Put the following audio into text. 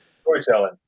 storytelling